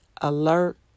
alert